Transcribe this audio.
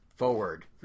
Forward